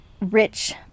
rich